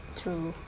true